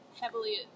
heavily